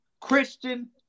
Christian